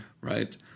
right